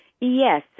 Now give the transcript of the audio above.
Yes